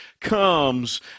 comes